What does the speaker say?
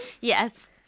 Yes